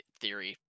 theory